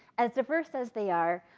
as diverse as they are,